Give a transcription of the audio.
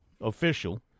official